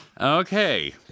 Okay